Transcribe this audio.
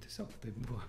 tiesiog taip buvo